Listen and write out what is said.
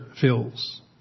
fills